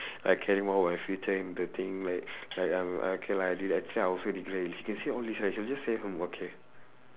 like caring more about my future and the thing like like um okay lah I di~ actually I also neglect this she can say all this right she'll just say hmm okay